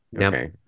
okay